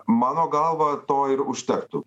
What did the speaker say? mano galva to ir užtektų